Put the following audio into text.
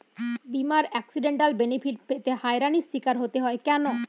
বিমার accidental benefit পেতে হয়রানির স্বীকার হতে হয় কেন?